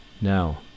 now